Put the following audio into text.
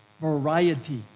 Variety